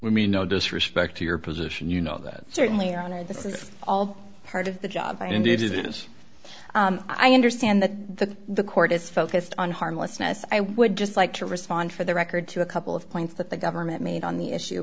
i mean no disrespect to your position you know that certainly honor this is all part of the job and indeed it is i understand that the the court is focused on harmlessness i would just like to respond for the record to a couple of points that the government made on the issue